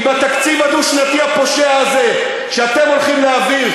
כי בתקציב הדו-שנתי הנפשע הזה שאתם הולכים להעביר,